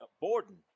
Borden